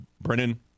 Brennan